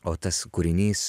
o tas kūrinys